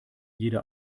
jeder